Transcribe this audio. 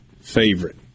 favorite